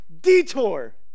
detour